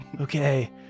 Okay